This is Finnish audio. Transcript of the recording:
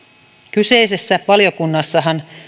kyseisessä valiokunnassahan